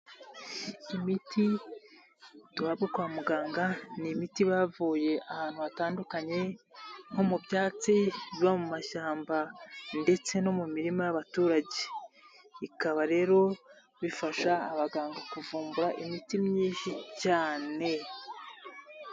Imiti duhabwa kwa muganga, n'imiti iba yavuye ahantu hatandukanye nko mu byatsi biba mu mashyamba ndetse no mu mirima y'abaturage. Bikaba rero bifasha abaganga kuvumbura imiti myinshi cyane.